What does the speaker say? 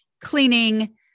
cleaning